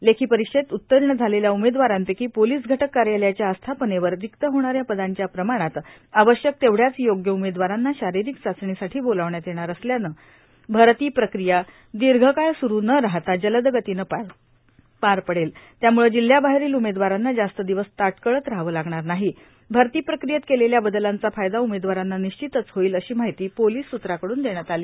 लेखी परीक्षेत उत्तीर्ण झालेल्या उमेदवारांपैकी पोलीस घटक कार्यालयाच्या आस्थापनेवर रिक्त होणाऱ्या पदांच्या प्रमाणात आवश्यक तेवढ्याच योग्य उमेदवारांना शारिरीक चाचणीसाठी बोलावण्यात येणार असल्यानं भरती प्रक्रिया दीर्घकाळ स्रू न राहाता जलद गतीनं पार पडेल त्याम्ळं जिल्ह्याबाहेरील उमेदवारांना जास्त दिवस ताटकळत राहावं लागणार नाही भरती प्रक्रियेत केलेल्या बदलांचा फायदा उमेदवारांना निश्चितच होईल अशी माहिती पोलीस स्त्रांकडून देण्यात आली